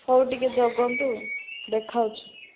ହଉ ଟିକେ ଜଗନ୍ତୁ ଦେଖଉଛି